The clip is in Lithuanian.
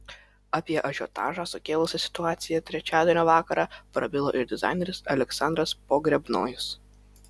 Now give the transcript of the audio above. apie ažiotažą sukėlusią situaciją trečiadienio vakarą prabilo ir dizaineris aleksandras pogrebnojus